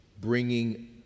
bringing